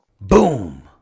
Boom